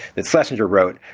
the senator wrote,